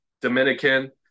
Dominican